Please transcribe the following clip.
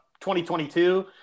2022